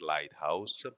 Lighthouse